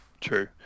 True